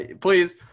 please